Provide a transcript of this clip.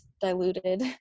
diluted